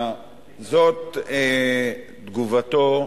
זאת תגובתו,